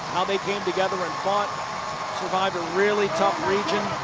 they came together, ah fought, survived a really tough region